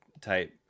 type